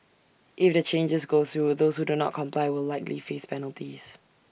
if the changes go through those who do not comply will likely face penalties